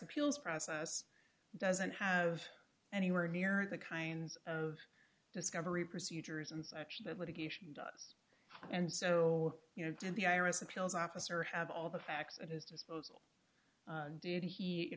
appeals process doesn't have anywhere near the kind of discovery procedures and such that litigation does and so you know the iris appeals officer have all the facts at his disposal did he you